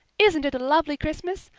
isn't it a lovely christmas?